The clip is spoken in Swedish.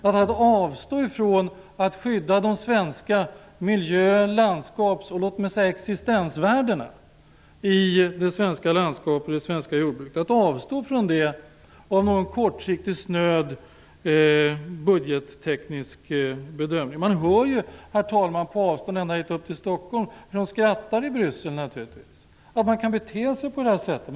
Man avstår ifrån att skydda de svenska miljö-, landskapsoch existensvärdena i det svenska landskapet och det svenska jordbruket. Man avstår ifrån det av någon kortsiktigt snöd budgetteknisk bedömning. Herr talman! Vi hör ju ändå hit upp till Stockholm hur de skrattar i Bryssel åt att man kan bete sig på det här sättet.